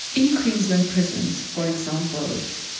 in queensland prisons, for example,